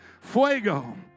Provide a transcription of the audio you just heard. Fuego